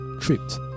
tripped